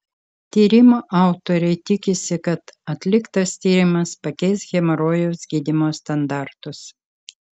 tyrimo autoriai tikisi kad atliktas tyrimas pakeis hemorojaus gydymo standartus